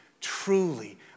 truly